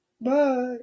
Bye